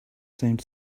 seemed